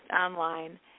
online